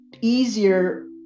easier